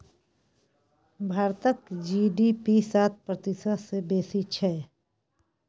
भारतक जी.डी.पी सात प्रतिशत सँ बेसी छै